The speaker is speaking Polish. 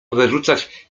wyrzucać